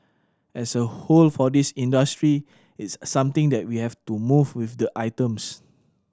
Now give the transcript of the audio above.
as a whole for this industry it's something that we have to move with the items